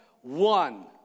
one